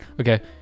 Okay